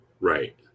Right